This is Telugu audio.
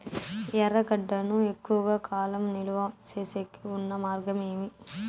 ఎర్రగడ్డ ను ఎక్కువగా కాలం నిలువ సేసేకి ఉన్న మార్గం ఏమి?